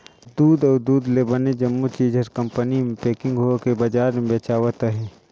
दूद अउ दूद ले बने जम्मो चीज हर कंपनी मे पेकिग होवके बजार मे बेचावत अहे